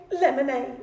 lemonade